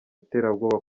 iterabwoba